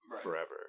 forever